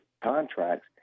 contracts